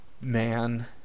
man